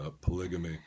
polygamy